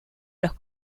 los